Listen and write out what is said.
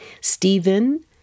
Stephen